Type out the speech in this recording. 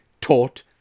taught